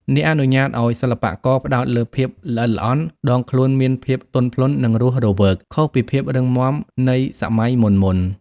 នេះអនុញ្ញាតឱ្យសិល្បករផ្តោតលើភាពល្អិតល្អន់ ដងខ្លួនមានភាព ទន់ភ្លន់ និងរស់រវើក ខុសពីភាពរឹងម៉ាំនៃសម័យមុនៗ។